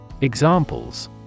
Examples